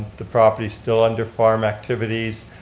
the property still under farm activities.